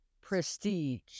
prestige